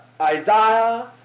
Isaiah